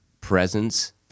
presence